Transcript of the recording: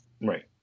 right